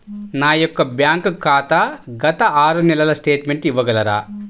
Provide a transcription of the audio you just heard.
నా యొక్క బ్యాంక్ ఖాతా గత ఆరు నెలల స్టేట్మెంట్ ఇవ్వగలరా?